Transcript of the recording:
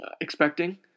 expecting